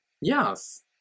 Yes